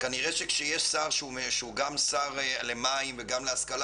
כנראה שכשיש שר שהוא גם שר למים וגם להשכלה